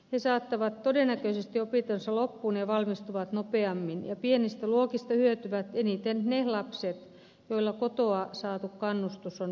he saattavat todennäköisesti opintonsa loppuun ja valmistuvat nopeammin ja pienistä luokista hyötyvät eniten ne lapset joilla kotoa saatu kannustus on vähäisintä